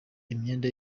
imyenda